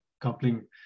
coupling